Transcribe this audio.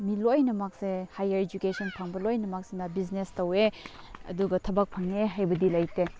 ꯃꯤ ꯂꯣꯏꯅꯃꯛꯁꯦ higher education ꯐꯪꯕ ꯂꯣꯏꯅꯃꯛꯁꯤꯅ ꯕꯤꯖꯤꯅꯦꯁ ꯇꯧꯋꯦ ꯑꯗꯨꯒ ꯊꯕꯛ ꯐꯪꯉꯦ ꯍꯥꯏꯕꯗꯤ ꯂꯩꯇꯦ